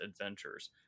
adventures